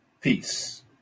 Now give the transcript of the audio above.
peace